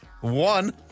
one